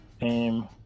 aim